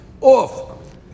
off